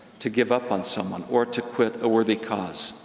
to give up on someone, or to quit a worthy cause.